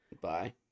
Bye